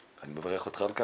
אני מברך אותך על כך.